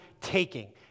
taking